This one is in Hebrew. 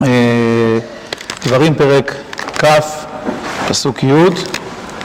דברים פרק כ', פסוק י'